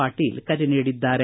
ಪಾಟೀಲ್ ಕರೆ ನೀಡಿದ್ದಾರೆ